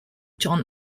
jon